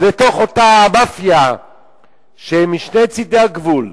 לאותה מאפיה שמשני צדי הגבול.